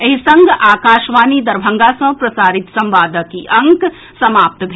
एहि संग आकाशवाणी दरभंगा सँ प्रसारित संवादक ई अंक समाप्त भेल